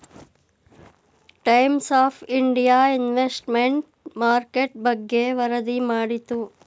times of India investment market ಬಗ್ಗೆ ವರದಿ ಮಾಡಿತು